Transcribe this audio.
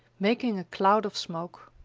making a cloud of smoke.